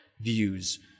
views